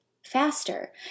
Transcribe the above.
faster